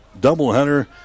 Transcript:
doubleheader